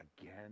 again